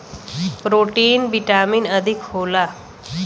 protein vitamin अधिक होला